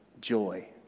joy